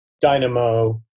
Dynamo